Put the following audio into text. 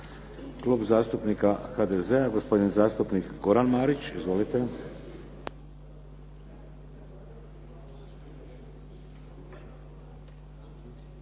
Klub zastupnika HDZ-a, gospodin zastupnik Goran Marić. Izvolite.